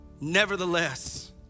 Nevertheless